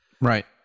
Right